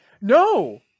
no